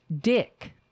dick